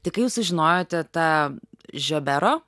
tai kai jūs sužinojote tą žiobero